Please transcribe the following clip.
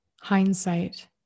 hindsight